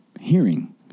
hearing